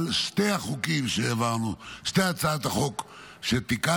על שתי הצעות החוק שתיקנו.